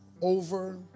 over